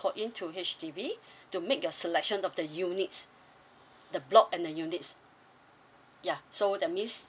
called in to H_D_B to make your selection of the units the block and the units ya so that means